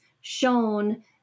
shown